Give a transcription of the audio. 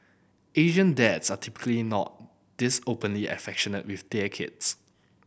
Asian dads are typically not this openly affectionate with their kids